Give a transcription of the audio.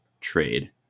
trade